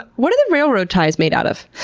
what are the railroad ties made out of?